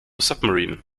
submarine